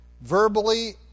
verbally